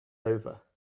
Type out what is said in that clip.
over